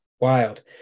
wild